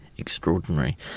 extraordinary